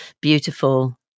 beautiful